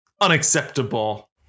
Unacceptable